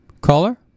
Caller